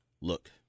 look